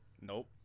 Nope